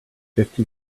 fifty